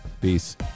peace